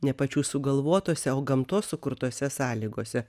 ne pačių sugalvotose o gamtos sukurtose sąlygose